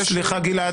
הוא יכול להגיב,